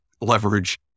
leverage